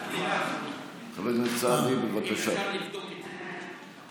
אם אפשר לבדוק את זה.